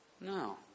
No